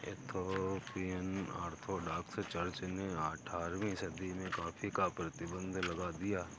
Ethiopian orthodox church ने अठारहवीं सदी में कॉफ़ी पर प्रतिबन्ध लगा दिया